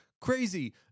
Crazy